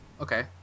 okay